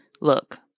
look